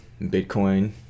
Bitcoin